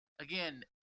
Again